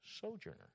sojourner